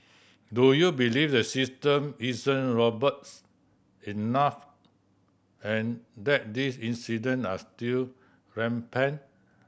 do you believe the system isn't robust enough and that these incident are still rampant